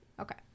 Okay